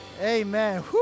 Amen